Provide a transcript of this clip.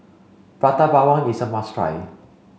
Prata Bawang is a must try